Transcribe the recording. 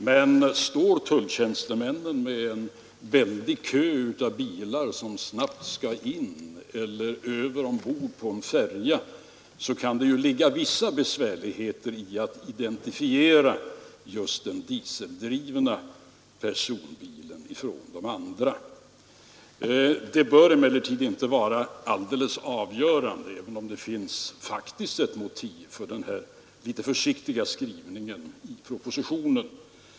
Men står tulltjänstemännen med en väldig kö av bilar som snabbt skall in eller ombord på en färja, så kan det ligga vissa besvärligheter i att identifiera just den dieseldrivna personbilen bland de andra. Det bör emellertid inte vara alldeles avgörande, även om det faktiskt finns ett motiv för den här litet försiktiga skrivningen i propositionen.